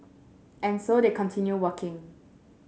and so they continue working